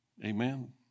Amen